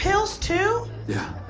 pills too? yeah.